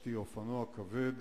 רכשתי אופנוע כבד,